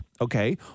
okay